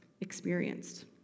experienced